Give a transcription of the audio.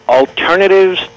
alternatives